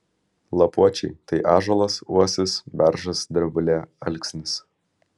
lapuočiai tai ąžuolas uosis beržas drebulė alksnis